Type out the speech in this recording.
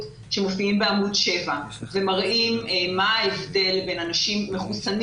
שמופיעים בעמוד 7 ומראים מה ההבדל בין אנשים מחוסנים